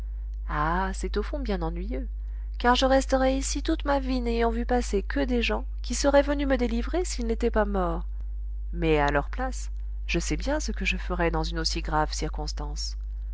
ah c'est au fond bien ennuyeux car je resterai ici toute ma vie n'ayant vu passer que des gens qui seraient venus me délivrer s'ils n'étaient pas morts mais à leur place je sais bien ce que je ferais dans une aussi grave circonstance